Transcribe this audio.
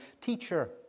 Teacher